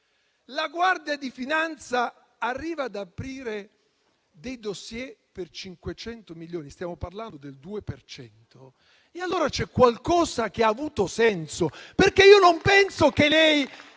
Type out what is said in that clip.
la Guardia di finanza arriva ad aprire dei *dossier* per 500 milioni, stiamo parlando del 2 per cento, allora c'è qualcosa che ha avuto senso, perché io non penso che lei,